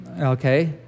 Okay